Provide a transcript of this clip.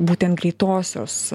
būtent greitosios